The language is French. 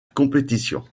compétition